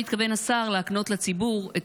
2. כיצד מתכוון השר להקנות לציבור את